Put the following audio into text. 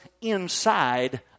inside